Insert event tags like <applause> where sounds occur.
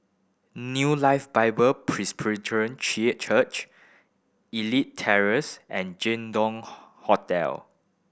New Life Bible Presbyterian <unintelligible> Church Elite Terrace and Jin Dong Hotel